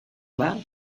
that